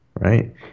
Right